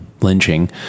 lynching